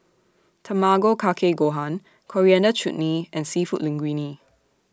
Tamago Kake Gohan Coriander Chutney and Seafood Linguine